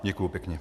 Děkuji pěkně.